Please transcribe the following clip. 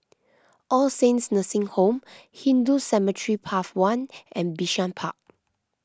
All Saints Nursing Home Hindu Cemetery Path one and Bishan Park